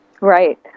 Right